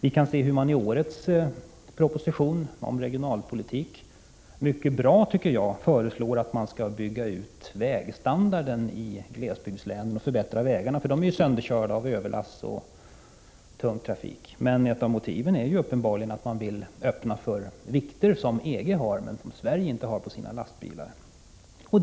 I årets proposition om regionalpolitik föreslås, vilket är mycket bra, att vägstandarden i glesbygdslänen skall byggas ut och vägarna förbättras, eftersom de är sönderkörda av överlastade fordon och tung trafik. Ett av motiven för detta förslag är uppenbarligen att öppna vägarna för lastbilar med vikter som godkänns inom EG men inte inom Sverige.